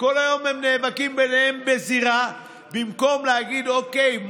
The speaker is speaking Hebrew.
כל היום הם נאבקים ביניהם בזירה במקום להגיד: אוקיי,